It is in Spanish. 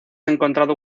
encontrado